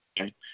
okay